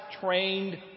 trained